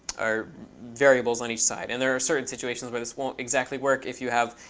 or variables on each side. and there are certain situations where this won't exactly work if you have